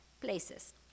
places